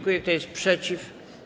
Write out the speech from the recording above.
Kto jest przeciw?